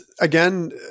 again